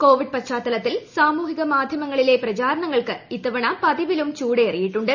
Covid പശ്ചാത്തലത്തിൽ സാമൂഹിക മാധ്യമങ്ങളിലെ പ്രചാരണങ്ങൾക്ക് ഇത്തവണ പതിവിലും ചൂടേറിയിട്ടുണ്ട്